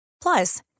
Plus